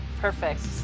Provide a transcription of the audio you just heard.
perfect